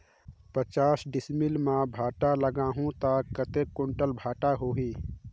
पचास डिसमिल मां भांटा लगाहूं ता कतेक कुंटल भांटा होही?